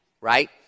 Right